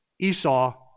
Esau